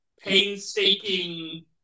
painstaking